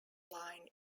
line